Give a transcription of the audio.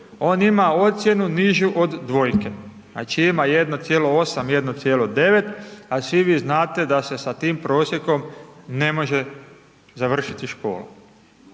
on ima ocjenu nižu od dvojke, znači, ima 1,8., 1,9., a svi vi znate da se sa tim prosjekom ne može završiti škola.